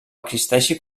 existeixi